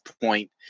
point